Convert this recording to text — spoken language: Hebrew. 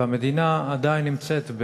ולקיחת אחריות כמו שייצגת אותי אז.